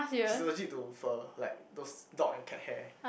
he's allergic to fur like those dog and cat hair